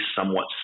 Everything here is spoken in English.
somewhat